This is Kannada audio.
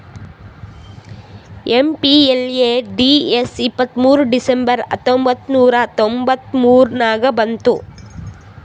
ಎಮ್.ಪಿ.ಎಲ್.ಎ.ಡಿ.ಎಸ್ ಇಪ್ಪತ್ತ್ಮೂರ್ ಡಿಸೆಂಬರ್ ಹತ್ತೊಂಬತ್ ನೂರಾ ತೊಂಬತ್ತ ಮೂರ ನಾಗ ಬಂತು